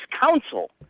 counsel